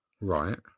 Right